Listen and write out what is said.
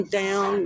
down